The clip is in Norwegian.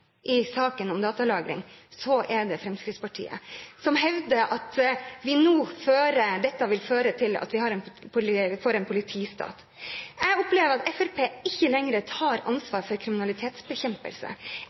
i saken om datalagring, så er det Fremskrittspartiet, som hevder at dette vil føre til at vi får en politistat. Jeg opplever at Fremskrittspartiet ikke lenger tar